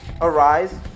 arise